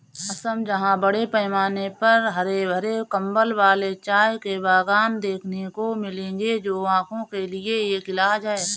असम जहां बड़े पैमाने पर हरे भरे कंबल वाले चाय के बागान देखने को मिलेंगे जो आंखों के लिए एक इलाज है